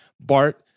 Bart